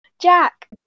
Jack